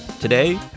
Today